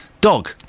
dog